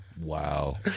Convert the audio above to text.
Wow